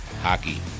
hockey